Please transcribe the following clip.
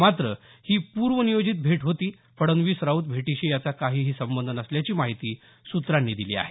मात्र ही पूर्वनियोजित भेट होती फडणवीस राऊत भेटीशी याचा काही संबंध नसल्याची माहिती सुत्रांनी दिली आहे